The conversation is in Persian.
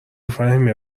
فهیمه